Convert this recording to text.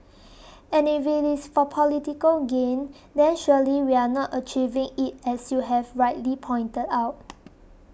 and if it is for political gain then surely we are not achieving it as you have rightly pointed out